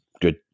good